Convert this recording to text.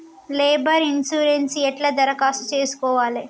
Labour insurance ఎట్ల దరఖాస్తు చేసుకోవాలే?